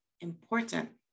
important